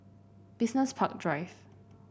Business Park Drive